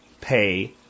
pay